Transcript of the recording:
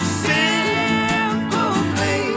simply